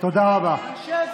תודה רבה.